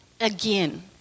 again